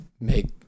make